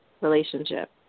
relationship